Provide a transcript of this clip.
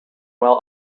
while